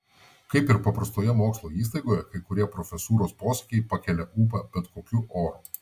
kaip ir paprastoje mokslo įstaigoje kai kurie profesūros posakiai pakelia ūpą bet kokiu oru